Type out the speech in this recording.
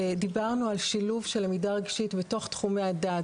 דיברנו על שילוב של למידה רגשית בתוך תחומי הדעת.